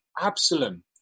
Absalom